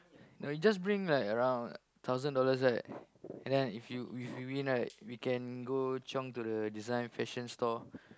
no you just bring like around thousand dollars right and then if you if we win right we can go chiong to the design fashion store